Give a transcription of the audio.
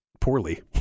poorly